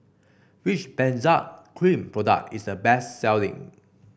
which Benzac Cream product is the best selling